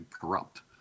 corrupt